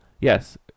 yes